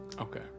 Okay